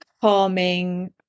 calming